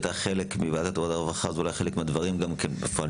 כשהיא הייתה חלק מוועדת העבודה ורווחה אולי חלק מהדברים נדחקו.